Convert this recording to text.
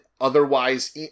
otherwise